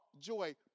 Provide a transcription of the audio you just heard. joy